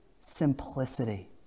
simplicity